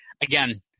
again